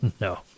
No